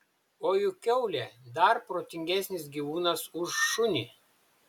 o juk kiaulė dar protingesnis gyvūnas už šunį